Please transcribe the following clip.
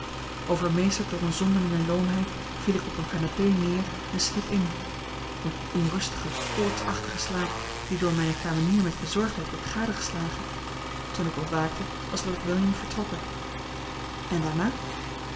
overmeesterd door eene zonderlinge loomheid viel ik op eene canapé neer en sliep in-een onrustige koortsachtige slaap die door mijne kamenier met bezorgdheid werd gadegeslagen toen ik ontwaakte was lord william vertrokken en daarna